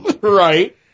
Right